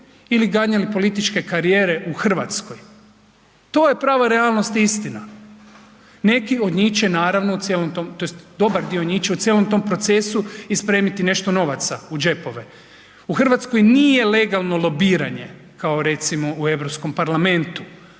ili ganjali političke karijere u Hrvatskoj. To je prava realnost i istina. Neki od njih će naravno u cijelom tom tj. dobar dio njih će u cijelom tom procesu i spremiti nešto novaca u džepove. U Hrvatskoj nije legalno lobiranje kao recimo u Europskom parlamentu.